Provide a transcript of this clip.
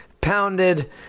pounded